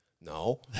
no